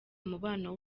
umubano